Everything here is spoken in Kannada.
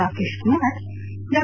ರಾಕೇಶ್ ಕುಮಾರ್ ಡಾ